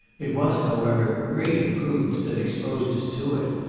it was, however, great imprudence that exposed us to it,